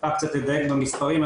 קצת לדייק במספרים,